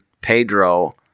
Pedro